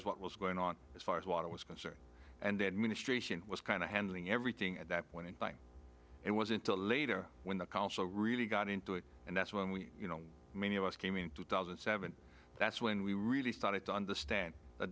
as what was going on as far as water was concerned and the administration was kind of handling everything at that point and it was until later when the council really got into it and that's when we you know many of us came in two thousand and seven that's when we really started to understand the